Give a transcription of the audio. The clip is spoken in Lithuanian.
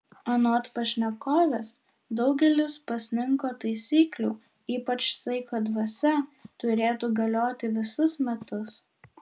anot pašnekovės daugelis pasninko taisyklių ypač saiko dvasia turėtų galioti visus metus